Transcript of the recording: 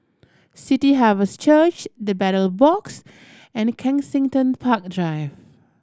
City Harvest Church The Battle Box and Kensington Park Drive